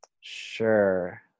Sure